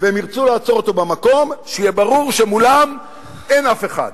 והם ירצו לעצור במקום שיהיה ברור שמולם אין אף אחד.